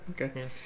okay